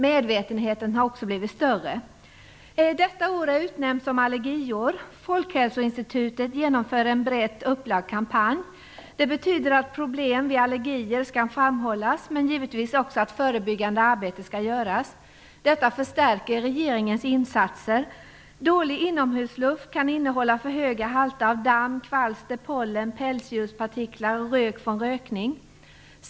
Medvetenheten har också blivit större. Detta år är utnämnt till allergiår. Folkhälsoinstitutet genomför en brett upplagd kampanj. Det betyder att problem vid allergier skall framhållas, men givetvis också att förebyggande arbete skall göras. Detta förstärker regeringens insatser. Dålig inomhusluft kan innehålla för höga halter av damm, kvalster, pollen, pälsdjurspartiklar och rök från rökning.